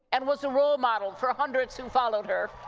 and was a role model for hundreds who followed her.